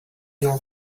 your